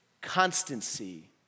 constancy